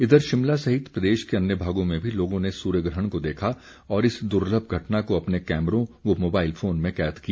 इधर शिमला सहित प्रदेश के अन्य भागों में भी लोगों ने सूर्य ग्रहण को देखा और इस दुर्लभ घटना को अपने कैमरों व मोबाईल फोन में कैद किया